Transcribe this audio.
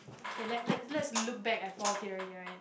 okay let let let's look back at Paul theory right